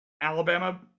alabama